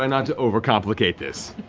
but not to over-complicate this.